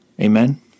Amen